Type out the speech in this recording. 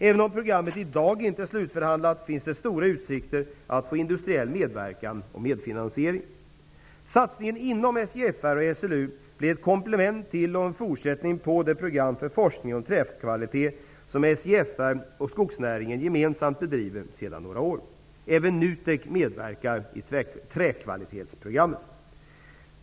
Även om programmet i dag inte är slutförhandlat, finns det stora utsikter att få industriell medverkan och medfinansiering. Satsningen inom SJFR och SLU blir ett komplement till och en fortsättning på det program för forskning om träkvalitet som SJFR och skogsnäringen gemensamt bedriver sedan några år. Även NUTEK medverkar i träkvalitetsprogrammet.